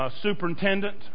superintendent